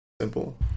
Simple